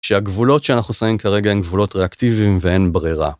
שהגבולות שאנחנו שמים כרגע הן גבולות ריאקטיביים ואין ברירה.